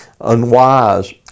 unwise